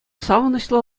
савӑнӑҫлӑ